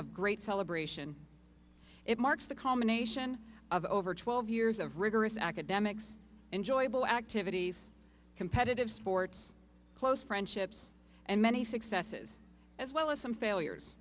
of great celebration it marks the combination of over twelve years of rigorous academics enjoyable activities competitive sports close friendships and many successes as well as some failures